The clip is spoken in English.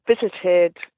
visited